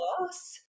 loss